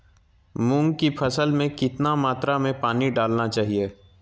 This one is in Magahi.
मूंग की फसल में कितना मात्रा में पानी डालना चाहिए?